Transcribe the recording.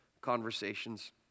conversations